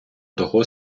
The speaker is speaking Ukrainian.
того